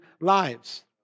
lives